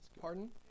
Pardon